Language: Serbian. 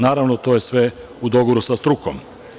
Naravno, to je sve u dogovoru sa strukom.